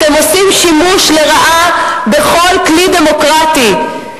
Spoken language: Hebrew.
אתם עושים שימוש לרעה בכל כלי דמוקרטי.